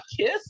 Kiss